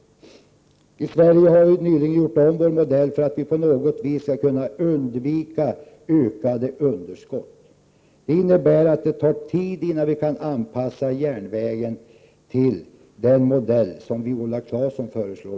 I Sverige har vi nyligen gjort om vår modell för att vi på något vis skall kunna undvika ökade underskott. Det innebär att det tar tid innan vi kan anpassa järnvägen till den modell som Viola Claesson föreslår.